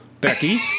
Becky